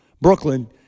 Brooklyn